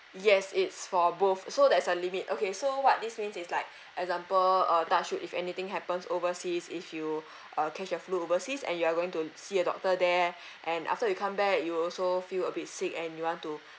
yes it's for both so there's a limit okay so what this means is like example uh touch wood if anything happens overseas if you uh catch a flu overseas and you are going to see a doctor there and after you come back you also feel a bit sick and you want to